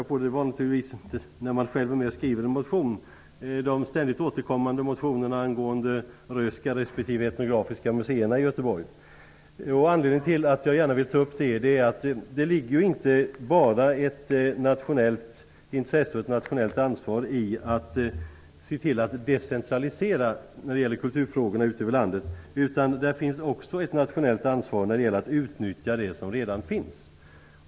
Det är ständigt återkommande motioner angående Göteborg. Anledningen till att jag gärna vill ta upp detta är att det inte bara ligger ett nationellt intresse och ett nationellt ansvar för att se till att decentralisera kulturfrågorna ut över landet. Det finns också ett nationellt ansvar för att utnyttja det som redan finns.